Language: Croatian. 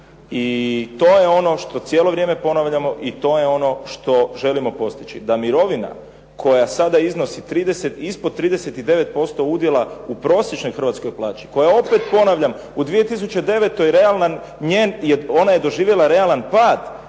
I to je ono što cijelo vrijeme ponavljamo i to je ono što želimo postići da mirovina koja sada iznosi 30 i ispod 39% udjela u prosječnoj hrvatskoj plaći, koja opet ponavljam u 2009. realan njen, ona je doživjela realan pad